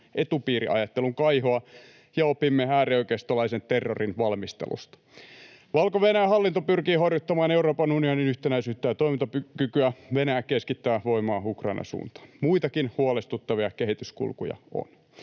etupiiriajattelun kaihoa ja opimme äärioikeistolaisen terrorin valmistelusta. Valko-Venäjän hallinto pyrkii horjuttamaan Euroopan unionin yhtenäisyyttä ja toimintakykyä, Venäjä keskittää voimaa Ukrainan suuntaan. Muitakin huolestuttavia kehityskulkuja on.